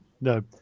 no